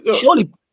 surely